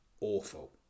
awful